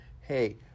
Hey